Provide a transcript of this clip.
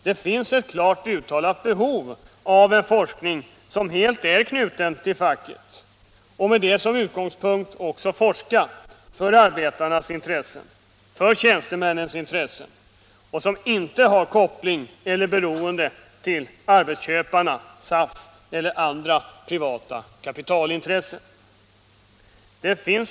Det finns ett klart uttalat behov av forskning som helt är knuten till facket och som sker i arbetarnas intresse, i tjänstemännens intresse och inte är kopplad till eller beroende av arbetsköparna — SAF eller andra privata kapitalintressen.